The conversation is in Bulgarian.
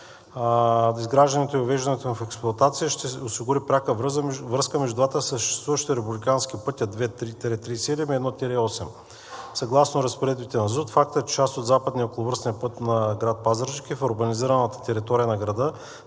Изграждането и въвеждането му в експлоатация ще осигури пряка връзка между двата съществуващи републикански пътя II-37 и I-8. Съгласно разпоредбите на ЗУТ фактът, че част от западния околовръстен път на град Пазарджик е в урбанизираната територия на града,